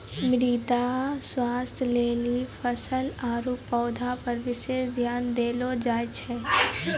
मृदा स्वास्थ्य लेली फसल आरु पौधा पर विशेष ध्यान देलो जाय छै